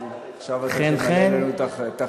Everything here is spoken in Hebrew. אבל עכשיו אתה ממלא לנו את החסר.